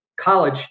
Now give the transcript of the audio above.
college